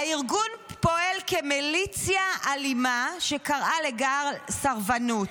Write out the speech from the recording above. "הארגון פועל כמיליציה אלימה" שקראה לסרבנות.